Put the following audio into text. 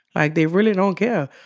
like, they really don't care.